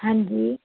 ਹਾਂਜੀ